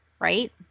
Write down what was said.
right